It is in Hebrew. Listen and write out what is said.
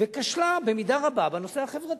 וכשלה במידה רבה בנושא החברתי,